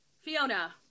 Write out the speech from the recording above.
Fiona